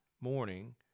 morning